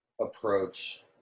approach